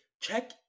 check